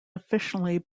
officially